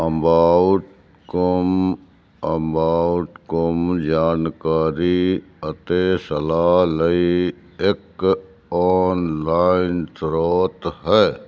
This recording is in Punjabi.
ਅੰਬਾਊਟ ਕੌਮ ਅੰਬਾਊਟ ਕੌਮ ਜਾਣਕਾਰੀ ਅਤੇ ਸਲਾਹ ਲਈ ਇੱਕ ਓਨਲਾਈਨ ਸ੍ਰੋਤ ਹੈ